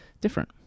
different